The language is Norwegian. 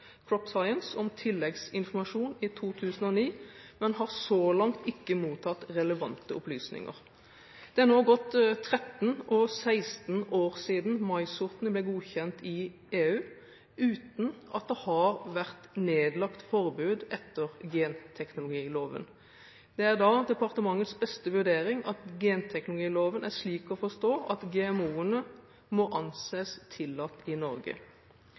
om tilleggsinformasjon i 2009, men har så langt ikke mottatt relevante opplysninger. Det har nå gått 13 og 16 år siden maissortene ble godkjent i EU, uten at det har vært nedlagt forbud etter genteknologiloven. Det er da departementets beste vurdering at genteknologiloven er slik å forstå at GMO-ene må anses tillatt i Norge.